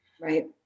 Right